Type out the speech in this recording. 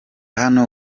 hano